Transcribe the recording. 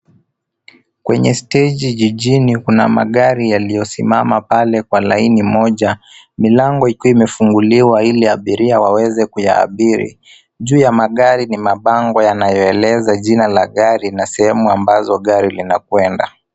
Kwenye steji jijini kuna magari yaliyosimama pale kwa laini moja milango ikiwa imefunguliwa ili abiria wawezi kuyaabiri. Juu ya magari ni mabango yanayoeleza jina la gari na sehemu ambazo gari linakwenda.